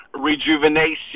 rejuvenation